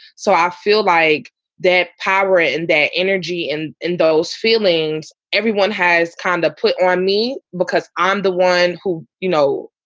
so i feel like that powerit and that energy and those feelings everyone has kind of put on me because i'm the one who, you know,